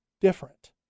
different